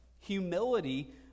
humility